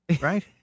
right